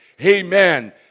amen